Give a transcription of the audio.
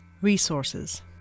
resources